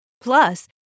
Plus